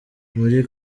muri